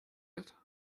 yet